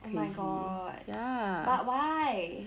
oh my god but why